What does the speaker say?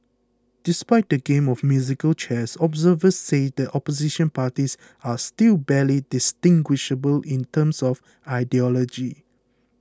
despite the game of musical chairs observers say the Opposition parties are still barely distinguishable in terms of ideology